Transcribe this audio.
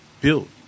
built